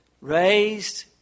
Raised